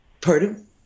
Pardon